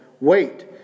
Wait